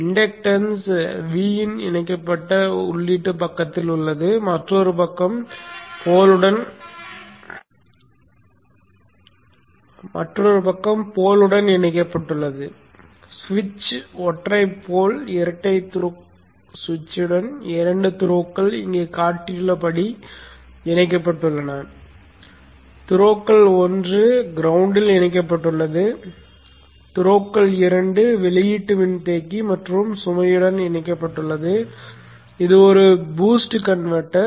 inductance Vin இணைக்கப்பட்ட உள்ளீட்டு பக்கத்தில் உள்ளது மற்றொரு பக்கம் போலுடன் இணைக்கப்பட்டுள்ளது சுவிட்ச் ஒற்றை போல் இரட்டை த்ரோக்கள் சுவிட்சின் இரண்டு த்ரோக்கள்கள் இங்கே காட்டப்பட்டுள்ளபடி இணைக்கப்பட்டுள்ளன த்ரோக்கள் 1 கிரௌண்ட்ல் இணைக்கப்பட்டுள்ளது த்ரோக்கள் 2 வெளியீட்டு மின்தேக்கி மற்றும் சுமையுடன் இணைக்கப்பட்டுள்ளது இது ஒரு பூஸ்ட் கன்வெர்ட்டர்